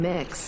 Mix